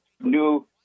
new